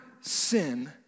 sin